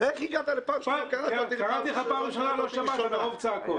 אני מבקש ממך לשבת ואני קורא לך לסדר פעם שנייה.